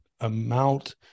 amount